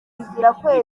bizirakwezi